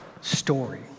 story